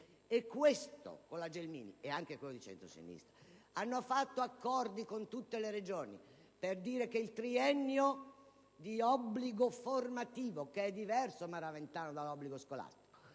ministro Gelmini e anche quello di centrosinistra hanno sottoscritto accordi con tutte le Regioni per dire che il triennio di obbligo formativo - che è diverso, senatrice Maraventano, dall'obbligo scolastico